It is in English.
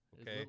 okay